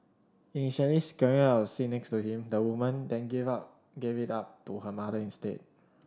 initially securing a seat next to him the woman then gave up gave it up to her mother instead